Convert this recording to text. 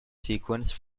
sequence